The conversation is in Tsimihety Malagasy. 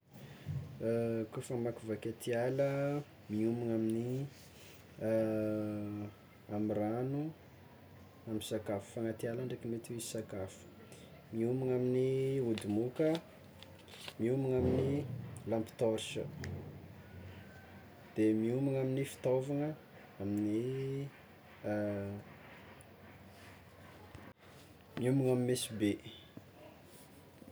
Kôfa hamakivaky atiala miomagna amin'ny amy ragno, amy sakafo, fa agnaty ala ndraiky mety misy sakafo, miomagna amin'ny ody moka, miomagna amin'ny lampe torche, miomana amin'ny fitaovana miomagna amin'ny mesobe.